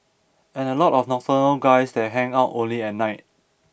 and a lot of nocturnal guys that hang out only at night